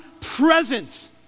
present